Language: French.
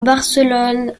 barcelone